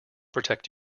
protect